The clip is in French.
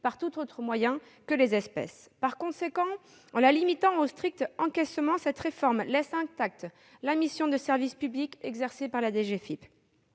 par tout autre moyen que les espèces. Par conséquent, en la limitant aux stricts encaissements, cette réforme laisse intacte la mission de service public exercée par la DGFiP.